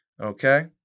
Okay